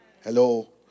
Hello